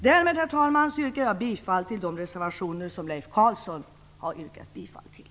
Därmed, herr talman, yrkar jag bifall till de reservationer som Leif Carlson har yrkat bifall till.